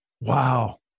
Wow